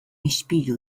ispilu